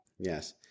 yes